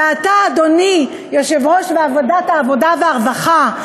ואתה, אדוני יושב-ראש ועדת העבודה והרווחה,